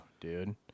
dude